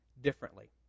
differently